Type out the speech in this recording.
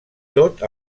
tot